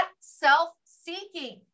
self-seeking